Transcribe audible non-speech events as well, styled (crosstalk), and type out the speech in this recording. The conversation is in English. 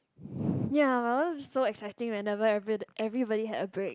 (breath) ya I was also so exciting whenever every~ everybody had a break